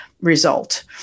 result